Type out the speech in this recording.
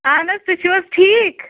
اہن حَظ تُہۍ چھِو حظ ٹھِیٖک